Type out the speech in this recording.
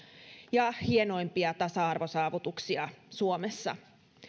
ja hienoimpia tasa arvosaavutuksia suomessa